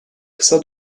kısa